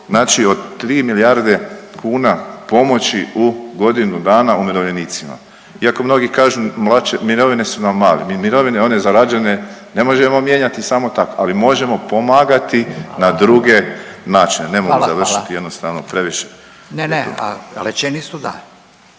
znači o 3 milijarde kuna pomoći u godinu dana umirovljenicima, iako mnogi kažu mirovinu su nam male. Mirovine one zarađene ne možemo mijenjati samo tako. Ali možemo pomagati na druge načine. Ne mogu završiti, jednostavno previše. **Radin, Furio